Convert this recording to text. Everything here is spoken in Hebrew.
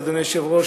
אדוני היושב-ראש,